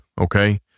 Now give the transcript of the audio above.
okay